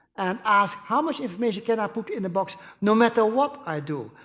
and ask, how much information can i put in the box no matter what i do?